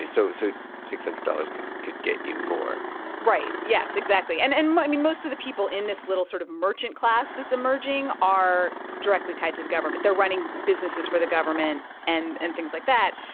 so so six hundred dollars could could get you more right. yes, exactly. and and, i mean, most of the people in this little sort of merchant class that's emerging are directly tied to the government. they're running businesses for the government and and things like that.